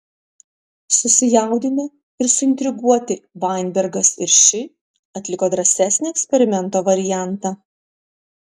susijaudinę ir suintriguoti vainbergas ir ši atliko drąsesnį eksperimento variantą